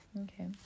Okay